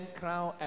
crown